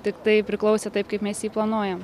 tiktai priklausė taip kaip mes jį planuojam